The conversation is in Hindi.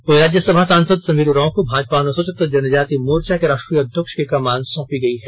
वहीं रोज्य सभा सांसद समीर उराव को भाजपा अनुसूचित जनजाति मोर्चा के राष्ट्रीय अध्यक्ष की कमान साँपी गयी है